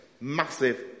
Massive